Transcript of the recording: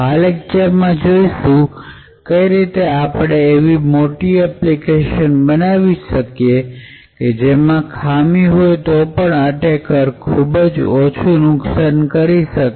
આ લેક્ચર માં જોઈશું કે કઈ રીતે આપણે એવી મોટી એપ્લિકેશન બનાવી શકીએ કે જેમાં ખામી હોય તો પણ અટેકર તે ખામી નો ઉપયોગ કરીને ખૂબ જ ઓછું નુકસાન કરી શકે